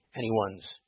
anyone's